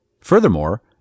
Furthermore